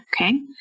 Okay